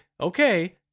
okay